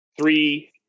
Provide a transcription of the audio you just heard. three